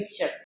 picture